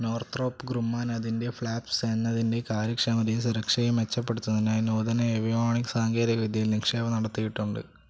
Northrop Grumman അതിൻ്റെ flaps എന്നതിൻ്റെ കാര്യക്ഷമതയും സുരക്ഷയും മെച്ചപ്പെടുത്തുന്നതിനായി നൂതന ഏവിയോണിക്സ് സാങ്കേതികവിദ്യയിൽ നിക്ഷേപം നടത്തിയിട്ടുണ്ട്